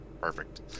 perfect